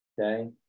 Okay